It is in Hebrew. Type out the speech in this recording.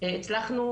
הצלחנו